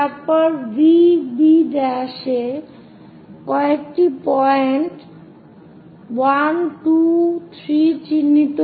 তারপর VB' তে কয়েকটি পয়েন্ট 1 2 3 চিহ্নিত করুন